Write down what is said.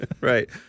Right